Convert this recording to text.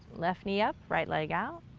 left knee up, right leg out.